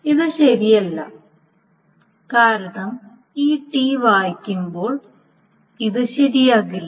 ഇത് ശരിയല്ല കാരണം ഈ ടി വായിക്കുമ്പോൾ അത് ശരിയായിരിക്കില്ല